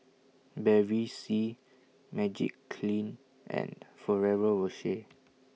Bevy C Magiclean and Ferrero Rocher